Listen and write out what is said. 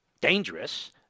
dangerous